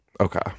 Okay